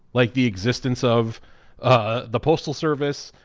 like, the existence of ah the postal service,